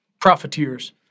profiteers